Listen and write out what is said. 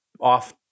off